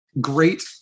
Great